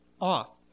off